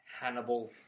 Hannibal